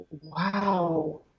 wow